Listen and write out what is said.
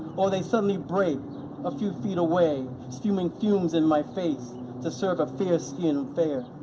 or they suddenly brake a few feet away, spewing fumes in my face to serve a fair-skined fare.